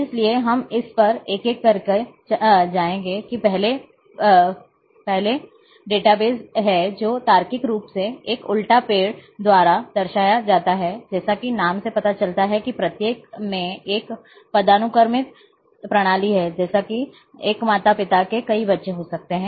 इसलिए हम इस पर एक एक करके जाएंगे कि पहले पदानुक्रमित डेटाबेस है जो तार्किक रूप से एक उल्टा पेड़ द्वारा दर्शाया जाता है जैसा कि नाम से पता चलता है कि प्रत्येक में एक पदानुक्रमित प्रणाली है जैसे कि एक माता पिता के कई बच्चे हो सकते हैं